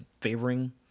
favoring